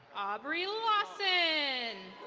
aubrey lawson.